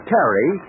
Terry